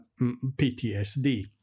PTSD